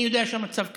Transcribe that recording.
אני יודע שהמצב קשה,